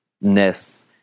ness